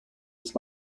its